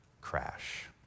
crash